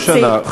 לא שנה,